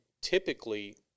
typically